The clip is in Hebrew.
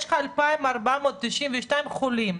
אני כרגע לא רואה.